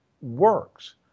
works